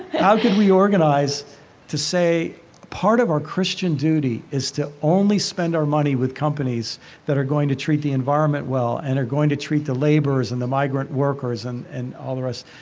how could we organize to say part of our christian duty is to only spend our money with companies that are going to treat the environment well and are going to treat the laborers and the migrant workers and and all the rest?